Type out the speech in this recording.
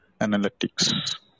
analytics